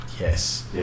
yes